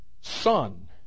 Son